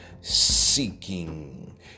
seeking